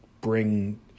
bring